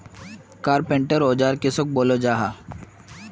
Carpenter औजार किसोक बोलो जाहा?